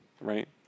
right